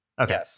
Okay